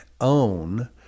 own